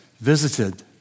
visited